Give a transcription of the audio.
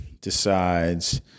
Decides